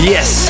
Yes